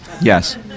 Yes